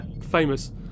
famous